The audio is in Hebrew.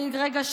רגשות